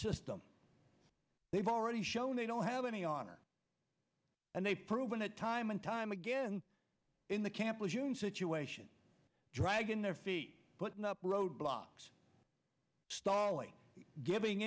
system they've already shown they don't have any honor and they've proven it time and time again in the camp of situation dragging their feet putting up roadblocks starlee giving